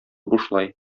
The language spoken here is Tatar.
бушлай